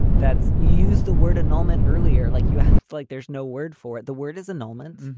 that's used the word annulment earlier. like you like there's no word for it. the word is annulment.